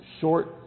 short